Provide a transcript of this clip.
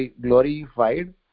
glorified